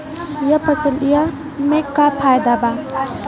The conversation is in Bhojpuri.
यह फसलिया में का फायदा बा?